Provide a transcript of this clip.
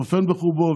צופן בחובו,